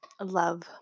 love